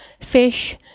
fish